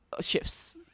shifts